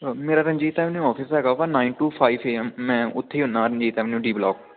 ਅ ਮੇਰਾ Ranjit avenue office ਹੈਗਾ ਵਾ nine to five A M ਮੈਂ ਉੱਥੇ ਹੀ ਹੁੰਦਾ ਰਣਜੀਤ ਐਵੇਨਿਊ ਡੀ ਬਲੋਕ